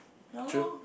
ya lor